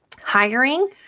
hiring